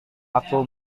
aku